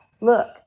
look